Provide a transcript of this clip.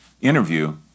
interview